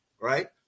right